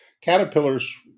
caterpillars